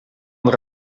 daar